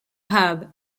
pub